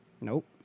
Nope